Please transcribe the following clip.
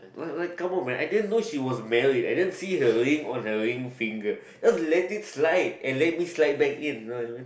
like like come one man I didn't know she was married I didn't see her ring on her ring finger let it slide and let it slide back in you know I mean